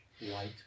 White